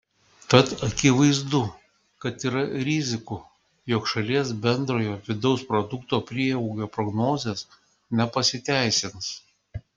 tad akivaizdu kad yra rizikų jog šalies bendrojo vidaus produkto prieaugio prognozės nepasiteisins